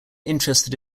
interested